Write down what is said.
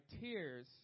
tears